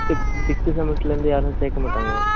fifth sixth செமஸ்டர்லேர்ந்து யாரும் சேர்க்க மாட்டாங்க